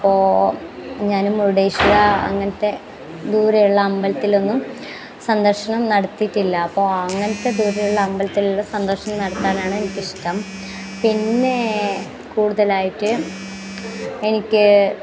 ഇപ്പോൾ ഞാൻ മുരുഡേശ്വര അങ്ങനത്തെ ദൂരെയുള്ള അമ്പലത്തിലൊന്നും സന്ദർശനം നടത്തിയിട്ടില്ല അപ്പോൾ അങ്ങനെത്ത ദൂരെയുള്ള അമ്പലത്തിൽ സന്ദർശനം നടത്താനാണ് എനിക്കിഷ്ടം പിന്നെ കൂടുതലായിട്ട് എനിക്ക്